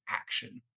action